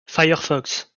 firefox